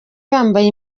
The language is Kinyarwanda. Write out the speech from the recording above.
bambaye